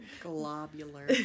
Globular